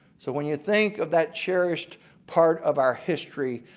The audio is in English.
so when you think of that cherished part of our history,